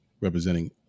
representing